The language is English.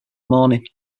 morning